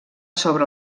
sobre